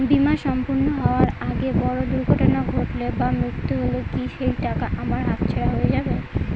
বীমা সম্পূর্ণ হওয়ার আগে বড় দুর্ঘটনা ঘটলে বা মৃত্যু হলে কি সেইটাকা আমার হাতছাড়া হয়ে যাবে?